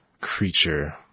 creature